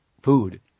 food